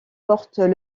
portent